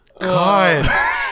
God